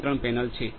નિયંત્રણ પેનલ છે